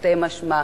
תרתי משמע,